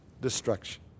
destruction